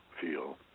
feel